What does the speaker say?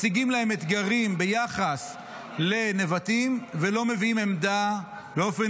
מציגים להם אתגרים ביחס לנבטים ולא מביאים עמדה באופן